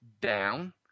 down